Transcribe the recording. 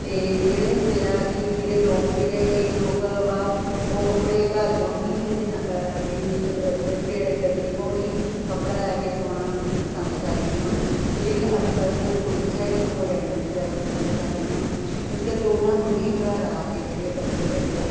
ਤੇ ਜਿਹੜੇ ਹੁੰਦੇ ਆ ਕੀ ਜਿਹੜੇ ਲੋਕ ਜਿਹੜੇ ਕਈ ਲੋਕ ਵਾ ਉਹ ਕੱਪੜੇ ਘਰ ਚੋਂ ਹੀ ਪੀ ਜਿਵੇਂ ਇਹ ਦਰਜੀ ਕੋਂ ਹੀ ਕੱਪੜਾ ਲੈ ਕੇ ਸੁਆਉਣਾ ਮਤਲਬ ਕੀ ਪਸੰਦ ਕਰਦੀਆਂ ਵਾਂ ਤੇ ਜਿਹੜੀਆਂ ਅੱਜ ਕੱਲ ਦੀਆਂ ਕੁੜੀਆਂ ਹੈਗੀਆਂ ਉਹ ਰੈਡੀਮੇਡ ਪਸੰਦ ਕਰਦੀਆਂ ਵਾਂ ਇਸ ਕਰਕੇ ਉਨ੍ਹਾਂ ਨੂੰ ਵੀ ਘਰ ਆ ਕੇ ਕੱਪੜੇ ਜਿਹੜੇ ਹੈਗੇ ਆ